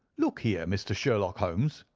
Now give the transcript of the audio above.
look here, mr. sherlock holmes,